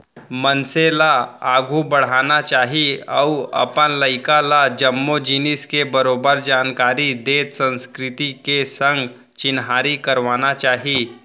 मनसे ल आघू बढ़ना चाही अउ अपन लइका ल जम्मो जिनिस के बरोबर जानकारी देत संस्कृति के संग चिन्हारी करवाना चाही